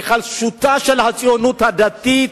היחלשותה של הציונות הדתית,